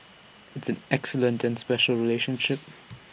IT isn't excellent and special relationship